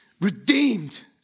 redeemed